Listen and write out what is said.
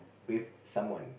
with someone